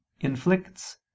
inflicts